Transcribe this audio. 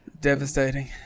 Devastating